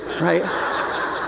Right